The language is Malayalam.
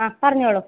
ആ പറഞ്ഞോളു